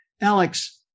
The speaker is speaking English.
Alex